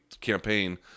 campaign